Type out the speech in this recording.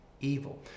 evil